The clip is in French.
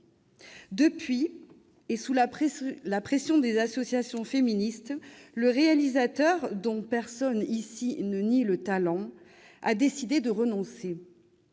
Depuis, sous la pression des associations féministes, le réalisateur, dont personne ici ne nie le talent, a décidé de renoncer.